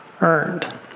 earned